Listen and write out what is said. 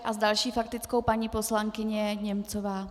S další faktickou paní poslankyně Němcová.